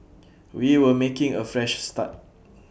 we were making A Fresh Start